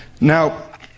Now